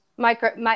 Micro